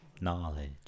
Knowledge